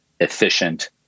efficient